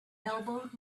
elbowed